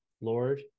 Lord